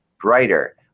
brighter